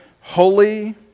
holy